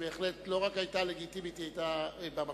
שבהחלט היתה לא רק היתה לגיטימית, היא היתה במקום,